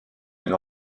une